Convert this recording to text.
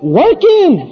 working